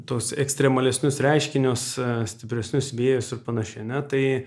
tuos ekstremalesnius reiškinius stipresnius vėjus ir panašiai ar ne tai